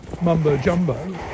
mumbo-jumbo